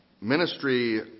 ministry